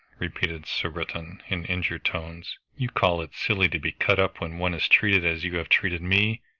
repeated surbiton in injured tones. you call it silly to be cut up when one is treated as you have treated me!